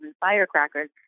firecrackers